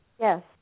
Yes